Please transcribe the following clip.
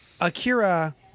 Akira